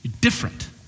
Different